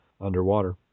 underwater